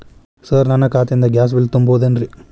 Sir ನನ್ನ ಖಾತೆಯಿಂದ gas bill ತುಂಬಹುದೇನ್ರಿ?